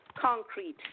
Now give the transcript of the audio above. Concrete